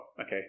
okay